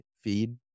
feed